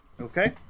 Okay